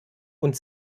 und